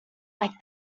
like